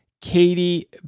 Katie